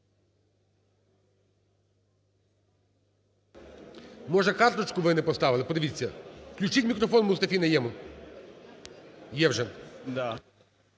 Може карточку ви не поставили, подивіться? Включіть мікрофон Мустафі Найєму. Є вже.